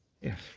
Yes